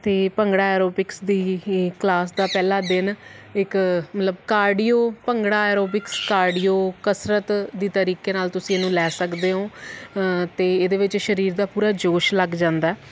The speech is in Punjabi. ਅਤੇ ਭੰਗੜਾ ਆਰੋਬਿਕਸ ਦੀ ਹੀ ਕਲਾਸ ਦਾ ਪਹਿਲਾ ਦਿਨ ਇੱਕ ਮਤਲਬ ਕਾਰਡੀਓ ਭੰਗੜਾ ਐਰੋਬਿਕਸ ਕਾਰਡੀਓ ਕਸਰਤ ਦੀ ਤਰੀਕੇ ਨਾਲ ਤੁਸੀਂ ਇਹਨੂੰ ਲੈ ਸਕਦੇ ਹੋ ਅਤੇ ਇਹਦੇ ਵਿੱਚ ਸਰੀਰ ਦਾ ਪੂਰਾ ਜੋਸ਼ ਲੱਗ ਜਾਂਦਾ